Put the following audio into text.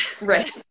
Right